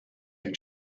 and